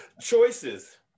Choices